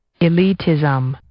Elitism